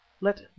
Let